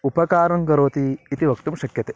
उपकारं करोति इति वक्तुं शक्यते